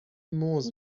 موز